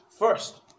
First